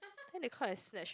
then they come and snatch